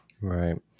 right